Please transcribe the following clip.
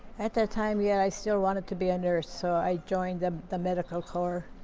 at that time, yet, i still wanted to be a nurse, so i joined um the medical corps.